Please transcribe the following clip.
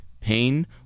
pain